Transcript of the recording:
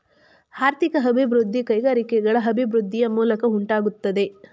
ಆರ್ಥಿಕ ಅಭಿವೃದ್ಧಿ ಕೈಗಾರಿಕೆಗಳ ಅಭಿವೃದ್ಧಿಯ ಮೂಲಕ ಉಂಟಾಗುತ್ತದೆ